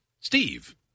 Steve